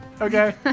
Okay